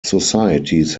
societies